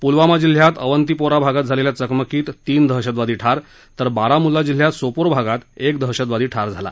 प्लवामा जिल्ह्यात अवंतीपोरा भागात झालेल्या चकमकीत तीन दहशतवादी ठार तर बारामुल्ला जिल्ह्यात सोपोर भागात एक दहशतवादी ठार झाला